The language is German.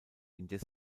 indes